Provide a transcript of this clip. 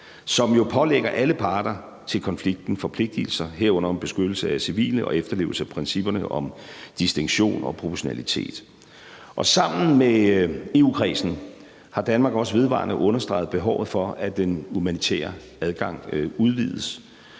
jo pålægger alle parter i konflikten til at forpligtige sig, herunder til beskyttelse af civile og efterlevelse af principperne om distinktion og proportionalitet. Sammen med EU-kredsen har Danmark også vedvarende understreget behovet for, at den humanitære adgang udvides.